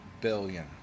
billion